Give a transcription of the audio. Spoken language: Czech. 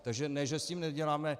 Takže ne že s tím neděláme.